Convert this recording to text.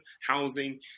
housing